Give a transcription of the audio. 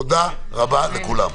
תודה רבה לכולם,